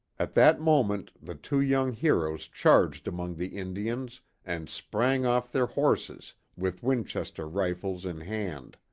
at that moment the two young heroes charged among the indians and sprang off their horses, with winchester rifles in hand.